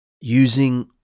Using